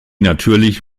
natürlich